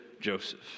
Joseph